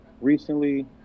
recently